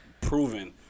proven